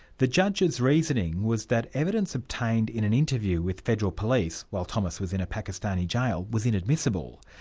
the judge's reasoning was that evidence obtained in an interview with federal police while thomas was in a pakistani jail was inadmissible.